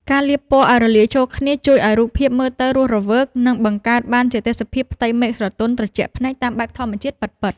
ការលាបពណ៌ឱ្យរលាយចូលគ្នាជួយឱ្យរូបភាពមើលទៅរស់រវើក និង បង្កើតបានជាទេសភាពផ្ទៃមេឃស្រទន់ត្រជាក់ភ្នែកតាមបែបធម្មជាតិពិតៗ។